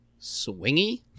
swingy